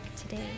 today